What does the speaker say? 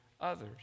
others